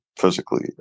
physically